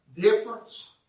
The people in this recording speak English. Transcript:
difference